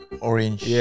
Orange